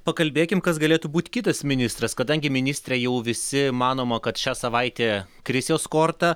pakalbėkim kas galėtų būt kitas ministras kadangi ministrė jau visi manoma kad šią savaitę kris jos korta